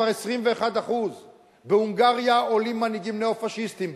כבר 21%; בהונגריה עולים מנהיגים ניאו-פאשיסטים.